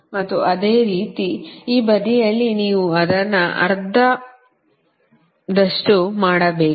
ಮತ್ತು ಅದೇ ರೀತಿ ಈ ಬದಿಯಲ್ಲಿ ನೀವು ಅದನ್ನು ಅರ್ಧ ಅರ್ಧದಷ್ಟು ಮಾಡಬೇಕು